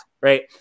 Right